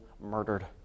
murdered